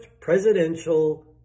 presidential